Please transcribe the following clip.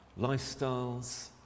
lifestyles